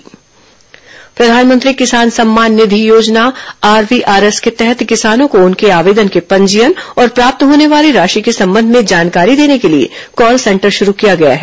प्रधानमंत्री किसान सम्मान निधि प्रधानमंत्री किसान सम्मान निधि योजना आरवीआरएस के तहत किसानों को उनके आवेदन के पंजीयन और प्राप्त होने वाली राशि के संबंध में जानकारी देने के लिए कॉल सेंटर शुरू किया गया है